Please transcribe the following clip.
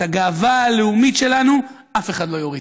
את הגאווה הלאומית שלנו אף אחד לא יוריד.